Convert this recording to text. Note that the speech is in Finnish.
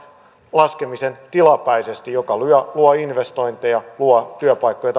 laskemisen tilapäisesti joka luo luo investointeja luo työpaikkoja